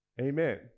Amen